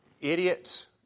idiots